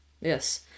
Yes